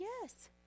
yes